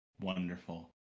Wonderful